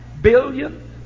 billion